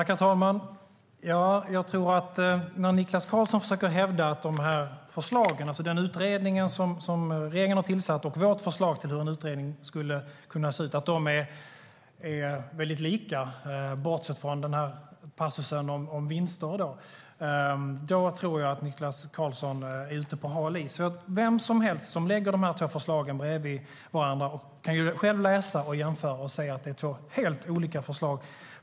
Herr talman! När Niklas Karlsson försöker hävda att den utredning regeringen har tillsatt och vårt förslag på hur en utredning skulle kunna se ut är väldigt lika, bortsett från passusen om vinster, tror jag att Niklas Karlsson är ute på hal is. Vem som helst som lägger de två förslagen bredvid varandra kan nämligen själv läsa, jämföra och se att det är två helt olika förslag.